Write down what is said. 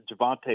Javante